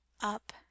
up